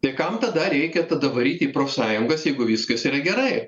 tai kam tada reikia tada varyt į profsąjungas jeigu viskas yra gerai